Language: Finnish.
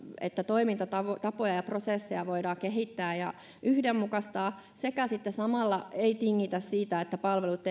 että toimintatapoja ja prosesseja voidaan kehittää ja yhdenmukaistaa että sitten samalla siihen että ei tingitä siitä että palvelut